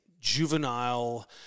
juvenile